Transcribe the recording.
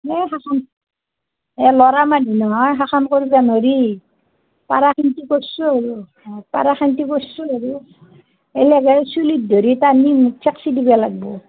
এ শাসন এ ল'ৰা মানুহ নহয় শাসন কৰিব নৰি পাৰাক লেগি কৰিছোঁ আৰু অঁ পাৰা খিনিতো কৰিছোঁ আৰু এইগিলা যায় চুলিত ধৰি টানি মুখ থেকচি দিব লাগিব